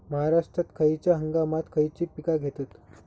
महाराष्ट्रात खयच्या हंगामांत खयची पीका घेतत?